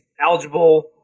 eligible